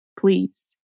Please